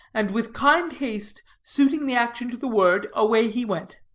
and, with kind haste suiting the action to the word, away he went.